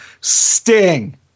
Sting